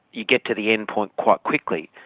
you get to the endpoint quite quickly.